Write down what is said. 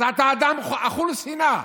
אתה אדם אכול שנאה.